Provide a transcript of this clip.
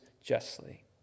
justly